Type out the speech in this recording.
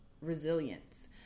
resilience